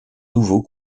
nouveau